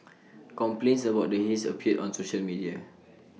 complaints about the haze appeared on social media